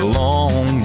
long